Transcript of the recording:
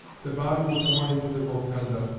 the body was borne into the rotunda,